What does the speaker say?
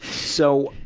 so,